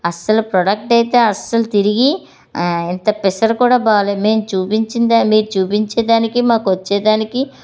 అస్సలు ప్రోడక్ట్ అయితే అస్సలు తిరిగి ఇంత పిసర కూడా బాలేదు మేము చూపించిందే మీరు చూపించేదానికి మాకు వచ్చే దానికి